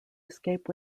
escape